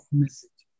message